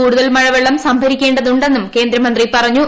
കൂടുതൽ മഴവെള്ളം സംഭരിക്കേ തു െ ന്നും കേന്ദ്രമന്ത്രി പറഞ്ഞു